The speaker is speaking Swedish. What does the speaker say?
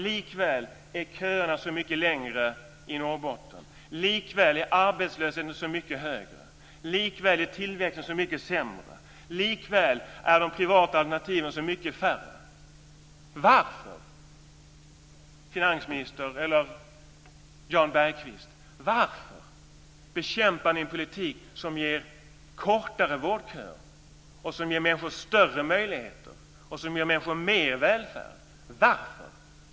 Likväl är köerna så mycket längre i Norrbotten, likväl är arbetslösheten så mycket högre, likväl är tillväxten så mycket sämre och likväl är de privata alternativen så mycket färre. Varför, finansministern eller Jan Bergqvist, bekämpar ni en politik som ger kortare vårdköer, ger människor större möjligheter och ger människor mer välfärd? Varför gör ni det?